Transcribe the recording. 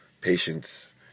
patience